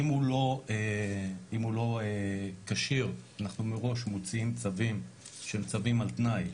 אם הוא לא כשיר אנחנו מראש מוציאים צווים שהם צווים על תנאי,